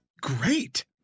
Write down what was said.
great